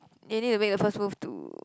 they need to make the first move to